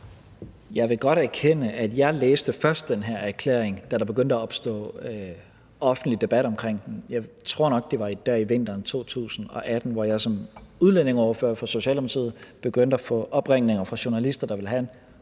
Jeg vil godt erkende, at jeg først læste den her erklæring, da der begyndte at opstå offentlig debat om den; jeg tror nok, det var der i vinteren 2018, hvor jeg som udlændingeordfører for Socialdemokratiet begyndte at få opringninger fra journalister, der ville have en